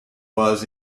was